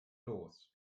los